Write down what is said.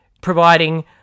providing